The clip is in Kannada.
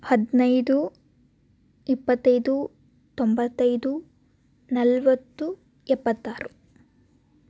ಹದಿನೈದು ಇಪ್ಪತ್ತೈದು ತೊಂಬತ್ತೈದು ನಲವತ್ತು ಎಪ್ಪತ್ತಾರು